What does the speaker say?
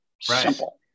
Simple